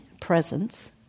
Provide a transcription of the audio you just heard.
presence